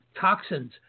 toxins